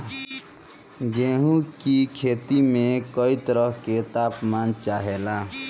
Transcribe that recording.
गेहू की खेती में कयी तरह के ताप मान चाहे ला